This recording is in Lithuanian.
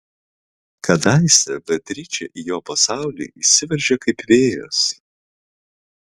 kadaise beatričė į jo pasaulį įsiveržė kaip vėjas